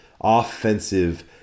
offensive